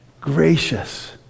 gracious